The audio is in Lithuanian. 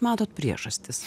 matot priežastis